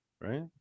right